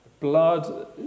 Blood